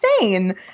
insane